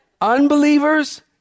unbelievers